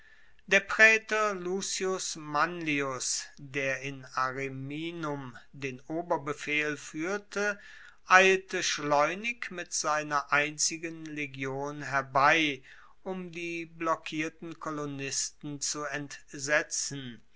der praetor lucius manlius der in ariminum den oberbefehl fuehrte eilte schleunig mit seiner einzigen legion herbei um die blockierten kolonisten zu entsetzen